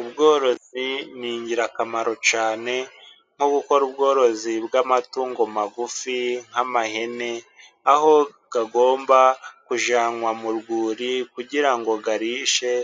Ubworozi ni ingirakamaro cyane . Aho ukora ubworozi bw'amatungo magufi, nk'amahene aho agomba kujyanwa mu rwuri kugira ngo arishe